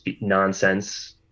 nonsense